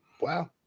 Wow